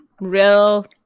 real